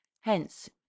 hence